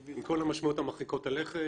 עם כל המשמעויות מרחיקות הלכת,